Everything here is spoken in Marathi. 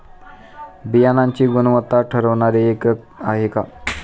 बियाणांची गुणवत्ता ठरवणारे एकक आहे का?